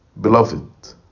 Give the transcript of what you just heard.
beloved